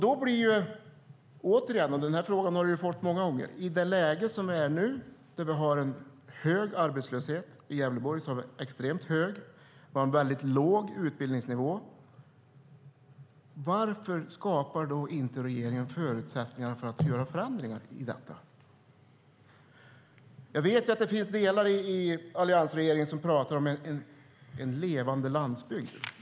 Då blir återigen frågan, som utbildningsministern har fått många gånger: I det läge som är nu i Gävleborg med extremt hög arbetslöshet och låg utbildningsnivå, varför skapar inte regeringen förutsättningar för att göra förändringar i detta? Jag vet att det finns de i alliansregeringen som pratar om en levande landsbygd.